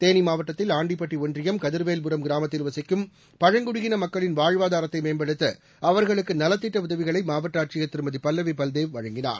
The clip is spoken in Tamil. தேனி மாவட்டத்தில் ஆண்டிப்பட்டி ஒன்றியம் கதிர்வேல்புரம் கிராமத்தில் வசிக்கும் பழங்குடியின மக்களின் வாழ்வாதாரத்தை மேம்படுத்த அவர்களுக்கு நலத்திட்ட உதவிகளை மாவட்ட ஆட்சியர் திருமதி பல்லவி பல்தேவ் வழங்கினார்